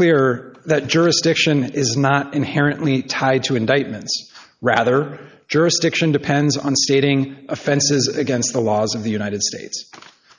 clear that jurisdiction is not inherently tied to indictments rather jurisdiction depends on stating offenses against the laws of the united states